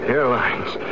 Airlines